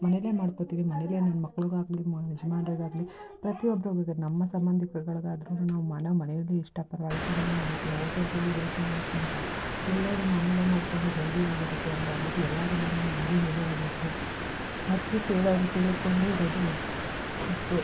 ಮನೆಯಲ್ಲೇ ಮಾಡ್ಕೊಳ್ತೀವಿ ಮನೆಯಲ್ಲೇ ನಮ್ಮ ಮಕ್ಳಿಗಾಗ್ಲಿ ನಮ್ಮ ಯಜಮಾನ್ರಿಗಾಗ್ಲಿ ಪ್ರತಿ ಒಬ್ರಿಗೆ ಈಗ ನಮ್ಮ ಸಂಬಂಧಿಕ್ರಗಳ್ಗೆ ಆದ್ರೂ ನಾವು ಮಾಡೋ ಮರ್ಯಾದೆ ಇಷ್ಟ ಪರ್ವಾಗಿಲ್ಲ ಚೆನ್ನಾಗಿ ಮಾಡ್ತೀಯ ಓಟೆಲ್ಗೋಗಿ ವೇಶ್ಟ್ ಮಾಡೋದಕ್ಕಿಂತ ಇಲ್ಲಿಯೇ ನಿಮ್ಮ ಮನೆಯಲ್ಲೇ ಮಾಡಿಕೊಂಡು ಹೆಲ್ದಿ ಆಗಿರುತ್ತೆ ಅಂತಂದ್ಬಿಟ್ಟು ಎಲ್ಲರೂ ಬಂದು ನಮ್ಗೂ ಹೇಳಿರೋದುಂಟು ಅದಕ್ಕೆ ಕೇಳೋರು ಕೇಳಿಕೊಂಡು ಇರೋದು ಉಂಟು ಉಂಟು